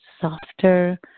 softer